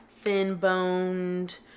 thin-boned